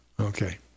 Okay